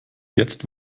jetzt